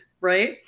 right